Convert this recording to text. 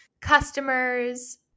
customers